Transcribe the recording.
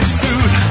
suit